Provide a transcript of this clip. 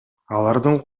алардын